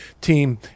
team